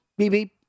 BB